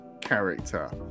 character